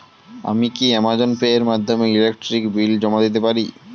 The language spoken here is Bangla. আমি কি অ্যামাজন পে এর মাধ্যমে ইলেকট্রিক বিল জমা দিতে পারি?